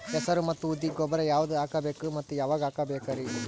ಹೆಸರು ಮತ್ತು ಉದ್ದಿಗ ಗೊಬ್ಬರ ಯಾವದ ಹಾಕಬೇಕ ಮತ್ತ ಯಾವಾಗ ಹಾಕಬೇಕರಿ?